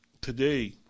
today